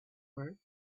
worth